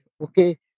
Okay